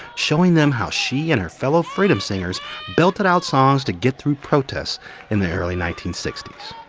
showing them how she and her fellow freedom singers belted out songs to get through protests in the early nineteen sixty s.